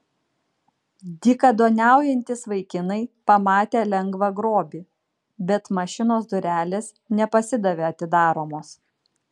dykaduoniaujantys vaikinai pamatė lengvą grobį bet mašinos durelės nepasidavė atidaromos